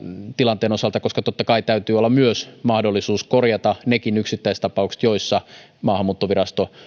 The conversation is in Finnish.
tilanteen osalta koska totta kai täytyy olla myös mahdollisuus korjata nekin yksittäistapaukset joissa maahanmuuttovirasto